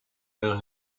her